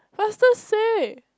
faster say